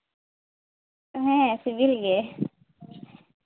ᱦᱮᱸ ᱥᱤᱵᱤᱞ ᱜᱮ